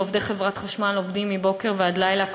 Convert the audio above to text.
ועובדי חברת חשמל עובדים מבוקר ועד לילה,